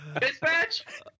dispatch